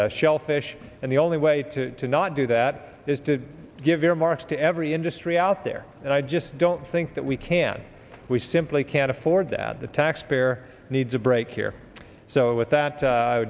it shellfish and the only way to not do that is to give earmarks to every industry out there and i just don't think that we can we simply can't afford that the taxpayer needs a break here so with that